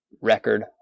record